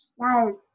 Yes